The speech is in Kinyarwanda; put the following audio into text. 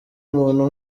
umuntu